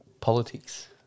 politics